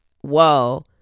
whoa